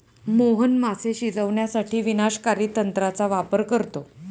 मोहन मासे शिजवण्यासाठी विनाशकारी तंत्राचा वापर करतो